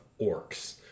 orcs